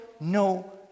no